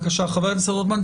חבר הכנסת רוטמן,